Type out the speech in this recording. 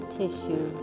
tissue